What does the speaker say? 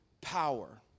power